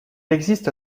existe